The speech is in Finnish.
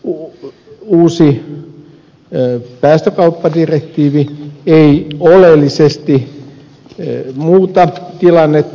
mutta kaiken kaikkiaan tämä uusi päästökauppadirektiivi ei oleellisesti muuta tilannetta